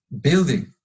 building